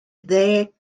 ddeg